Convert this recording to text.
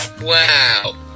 Wow